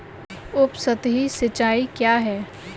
उपसतही सिंचाई क्या है?